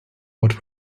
what